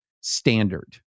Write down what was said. standard